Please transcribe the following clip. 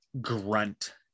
grunt